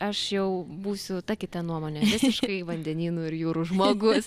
aš jau būsiu ta kita nuomonė visiškai vandenynų ir jūrų žmogus